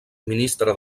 ministre